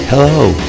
Hello